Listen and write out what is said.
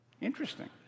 Interesting